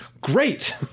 Great